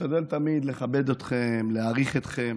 משתדל תמיד לכבד אתכם, להעריך אתכם,